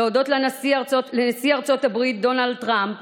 להודות לנשיא ארצות הברית דונלד טראמפ